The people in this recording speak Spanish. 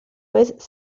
vez